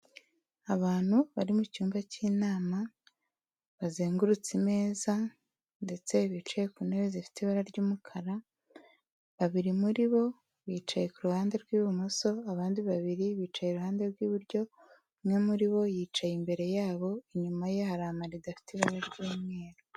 Abantu bari mu cyumba k'inama bazengurutse imeza ndetse bicaye ku ntebe zifite ibara ry'umukara, babiri muri bo bicaye ku ruhande rw'ibumoso abandi babiri bicaye iruhande rw'iburyo, umwe muri bo yicaye imbere yabo, inyuma ye hari amarido afite ibara ry'umweru.